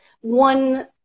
one